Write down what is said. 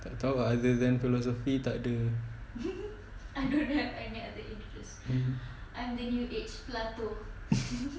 tak [tau] ah other than philosophy takde mmhmm